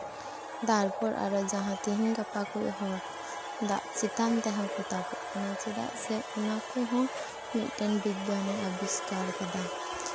ᱛᱟᱨᱯᱚᱨ ᱟᱨᱚ ᱡᱟᱦᱟᱸ ᱛᱮᱦᱮᱧ ᱜᱟᱯᱟ ᱠᱚ ᱦᱚᱲ ᱫᱟᱜ ᱪᱮᱛᱟᱱ ᱛᱮᱦᱚᱸ ᱠᱚ ᱛᱟᱵᱚᱜ ᱠᱟᱱᱟ ᱪᱮᱫᱟᱜ ᱥᱮ ᱚᱱᱟ ᱠᱚᱦᱚᱸ ᱢᱤᱫᱴᱮᱱ ᱵᱤᱜᱽᱜᱟᱱᱮ ᱟᱵᱤᱥᱠᱟᱨᱟᱠᱟᱫᱟ